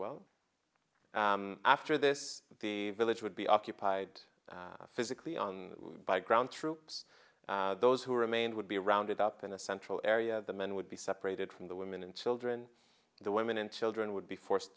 well after this the village would be occupied physically on by ground troops those who remained would be rounded up in a central area the men would be separated from the women and children the women and children would be forced